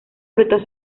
frutos